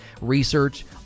research